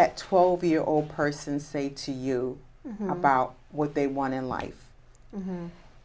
that twelve year old person say to you about what they want in life